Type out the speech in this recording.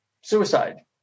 suicide